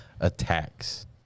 attacks